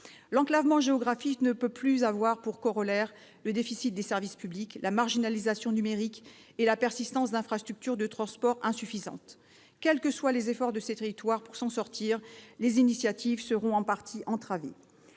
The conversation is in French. L'enclavement géographique ne peut plus avoir pour corolaire le déficit des services publics, la marginalisation numérique et la persistance d'infrastructures de transports insuffisantes. Quels que soient les efforts de ces territoires pour s'en sortir, les initiatives seront en partie entravées.